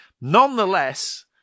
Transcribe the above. Nonetheless